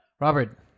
Robert